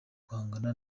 guhangana